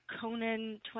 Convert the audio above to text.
Conan